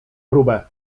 próbę